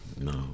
No